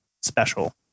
special